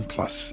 Plus